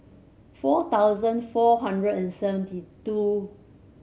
four thousand four hundred and seventy two